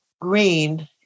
green